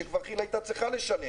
שכבר כי"ל היתה צריכה לשלם,